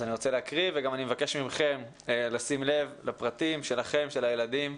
אני גם מבקש מכם לשים לב לפרטים שלכם, של הילדים,